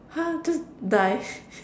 !huh! just die